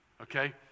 okay